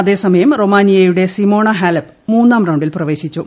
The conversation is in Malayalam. അതേസമയം റൊമാനിയയുടെട്സിമോണ ഹാലപ്പ് മൂന്നാം റൌണ്ടിൽ പ്രവേശിച്ചു